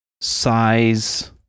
size